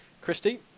Christy